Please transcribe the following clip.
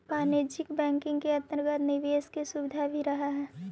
वाणिज्यिक बैंकिंग के अंतर्गत निवेश के सुविधा भी रहऽ हइ